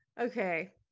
Okay